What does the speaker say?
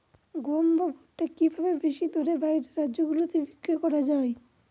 গম বা ভুট্ট কি ভাবে বেশি দরে বাইরের রাজ্যগুলিতে বিক্রয় করা য়ায়?